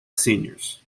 seniors